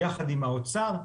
יחד עם האוצר.